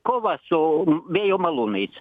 kova su vėjo malūnais